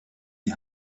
die